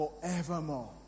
forevermore